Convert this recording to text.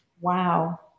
Wow